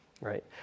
right